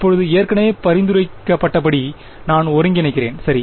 இப்போது ஏற்கனவே பரிந்துரைக்கப்பட்டபடி நான் ஒருங்கிணைக்கிறேன் சரி